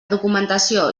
documentació